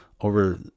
Over